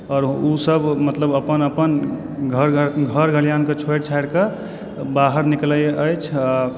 आओर ओसभ मतलब अपन अपन घर खलिहानके छोड़ि छाड़कऽ बाहर निकलय अछि आ